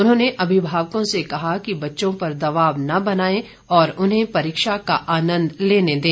उन्होंने अभिभावकों से कहा कि बच्चों पर दबाव न बनाएं और उन्हें परीक्षा का आनंद लेने दें